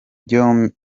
byombi